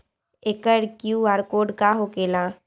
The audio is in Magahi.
एकर कियु.आर कोड का होकेला?